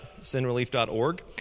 sinrelief.org